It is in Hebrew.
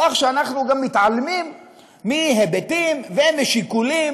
כך שאנחנו גם מתעלמים מהיבטים ומשיקולים